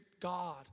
God